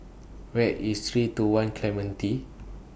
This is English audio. Where IS three two one Clementi